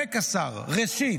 מנמק השר: ראשית,